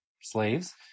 slaves